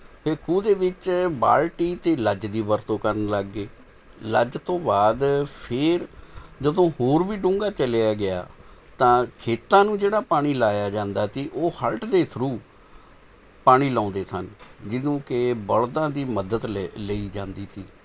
ਫੇਰ ਖੂਹ ਦੇ ਵਿੱਚ ਬਾਲਟੀ ਅਤੇ ਲੱਜ ਦੀ ਵਰਤੋਂ ਕਰਨ ਲੱਗ ਗਏ ਲੱਜ ਤੋਂ ਬਾਅਦ ਫੇਰ ਜਦੋਂ ਹੋਰ ਵੀ ਡੂੰਘਾ ਚਲਿਆ ਗਿਆ ਤਾਂ ਖੇਤਾਂ ਨੂੰ ਜਿਹੜਾ ਪਾਣੀ ਲਗਾਇਆ ਜਾਂਦਾ ਸੀ ਉਹ ਹਲਟ ਦੇ ਥਰੂ ਪਾਣੀ ਲਗਾਉਂਦੇ ਸਨ ਜਿਹਨੂੰ ਕਿ ਬਲਦਾਂ ਦੀ ਮਦਦ ਲਏ ਲਈ ਜਾਂਦੀ ਥੀ